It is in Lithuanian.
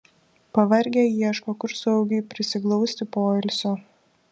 pavargę ieško kur saugiai prisiglausti poilsio